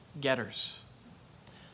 getters